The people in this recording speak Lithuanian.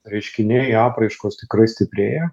reiškiniai apraiškos tikrai stiprėja